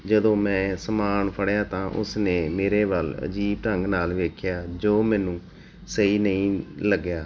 ਜਦੋਂ ਮੈਂ ਸਮਾਨ ਫੜਿਆ ਤਾਂ ਉਸਨੇ ਮੇਰੇ ਵੱਲ ਅਜੀਬ ਢੰਗ ਨਾਲ ਵੇਖਿਆ ਜੋ ਮੈਨੂੰ ਸਹੀ ਨਹੀਂ ਲੱਗਿਆ